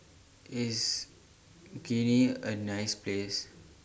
IS Guinea A nice Place